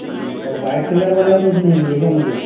जी और white colour वाला रोज नहीं मिलेगा मुझे